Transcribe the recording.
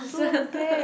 so bad